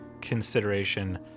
consideration